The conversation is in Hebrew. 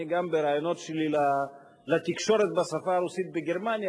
אני גם בראיונות שלי לתקשורת בשפה הרוסית בגרמניה